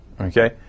okay